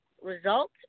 result